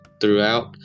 throughout